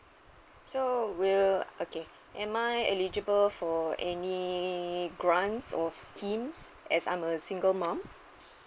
so will okay am I eligible for any grant or scheme as I'm a single mom